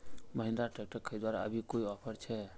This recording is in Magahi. महिंद्रा ट्रैक्टर खरीदवार अभी कोई ऑफर छे?